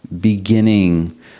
beginning